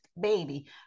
baby